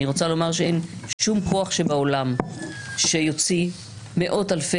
אני רוצה לומר שאין שום כוח שבעולם שיוציא מאות אלפי